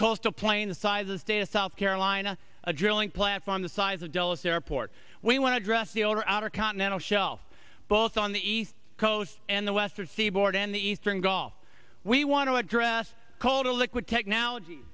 coastal plain the size a state of south carolina a drilling platform the size of dulles airport we want to address the older outer continental shelf both on the east coast and the western seaboard in the eastern gulf we want to address coal to liquid technology